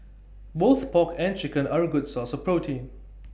both pork and chicken are A good source of protein